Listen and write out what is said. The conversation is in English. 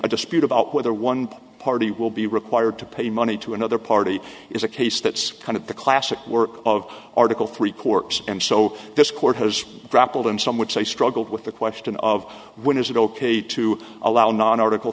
a dispute about whether one party will be required to pay money to another party is a case that's kind of the classic work of article three courts and so this court has grappled and some would say struggled with the question of when is it ok to allow a non article